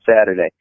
Saturday